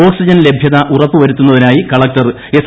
oxygen ലഭൃത ഉറപ്പു വരുത്തുന്നതിനായി കളക്ടർ എസ്